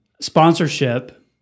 sponsorship